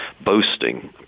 boasting